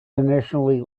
initially